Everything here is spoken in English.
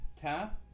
Tap